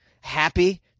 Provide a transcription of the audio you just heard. happy